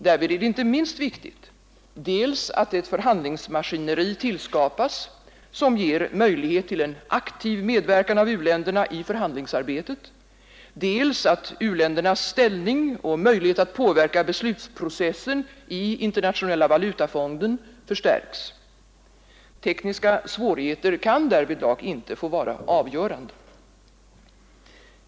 Därvid är det inte minst viktigt dels att ett förhandlingsmaskineri tillskapas, som ger möjlighet till en aktiv medverkan av u-länderna i förhandlingsarbetet, dels att u-ländernas ställning och möjlighet att påverka beslutsprocessen i Internationella valutafonden förstärks. Tekniska svårigheter kan därvidlag inte få vara avgörande.